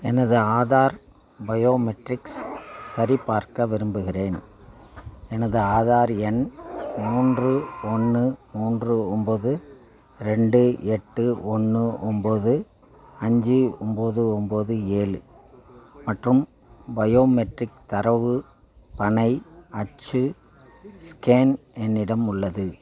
எனது ஆதார் பயோமெட்ரிக்ஸ் சரிபார்க்க விரும்புகிறேன் எனது ஆதார் எண் மூன்று ஒன்று மூன்று ஒம்பது ரெண்டு எட்டு ஒன்று ஒம்பது அஞ்சு ஒம்பது ஒம்பது ஏழு மற்றும் பயோமெட்ரிக் தரவு பனை அச்சு ஸ்கேன் என்னிடம் உள்ளது